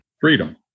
Freedom